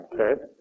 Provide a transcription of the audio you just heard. Okay